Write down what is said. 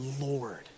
Lord